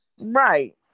Right